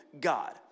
God